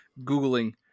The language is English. Googling